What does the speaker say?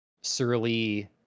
Surly